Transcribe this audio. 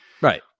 right